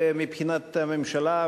ומבחינת הממשלה,